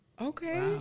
Okay